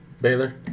Baylor